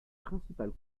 principales